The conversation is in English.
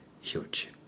huge